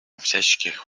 всяческих